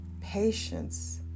Patience